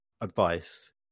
advice